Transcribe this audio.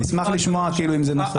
אני אשמח לשמוע כאילו אם זה נכון.